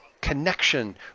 connection